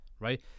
Right